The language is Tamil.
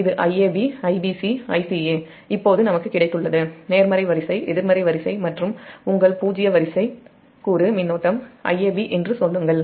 இப்போது Iab Ibc Ica நமக்கு கிடைத்துள்ளது நேர்மறை வரிசை எதிர்மறை வரிசை மற்றும் உங்கள் பூஜ்ஜிய வரிசை கூறு மின்னோட்டம் Iab என்று சொல்லுங்கள்